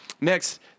next